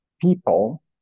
People